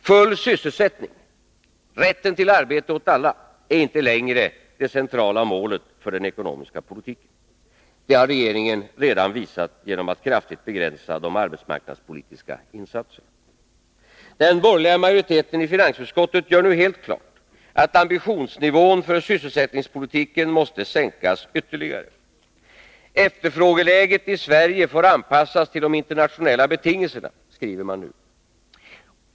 Full sysselsättning, rätten till arbete åt alla, är inte längre det centrala målet för den ekonomiska politiken. Det har regeringen redan visat genom att kraftigt begränsa de arbetsmarknadspolitiska insatserna. Den borgerliga majoriteten i finansutskottet gör nu helt klart att ambitionsnivån för sysselsättningspolitiken måste sänkas ytterligare. Efterfrågeläget i Sverige får anpassas till de internationella betingelserna, skriver man nu.